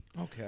Okay